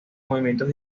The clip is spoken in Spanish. movimientos